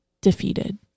defeated